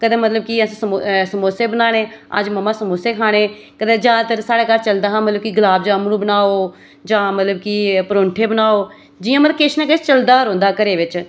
कदें मतलब कि असें समो समोसे बनाने अज्ज मम्मा समोसे खाने कन्नै जादातर साढ़े घर चलदा हा कि गुलाब जामुन बनाओ जां मतलब कि परौंठे बनाओ जियां मतलब कि किश ना किश चलदा रौंह्दा घरै बिच्च